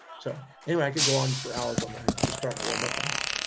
so anyway, i could go on for hours on that. just starting to warm up on that. well,